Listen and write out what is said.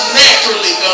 naturally